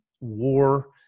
War